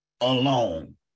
alone